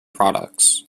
products